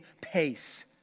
pace